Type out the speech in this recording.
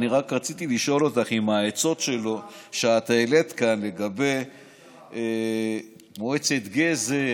אני רק רציתי לשאול אותך על העצות שאת העלית כאן לגבי מועצת גזר